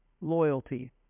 loyalty